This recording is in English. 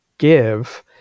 give